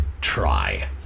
Try